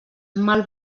mal